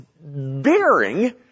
bearing